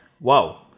Wow